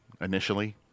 initially